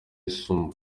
isumo